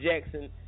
Jackson